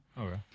okay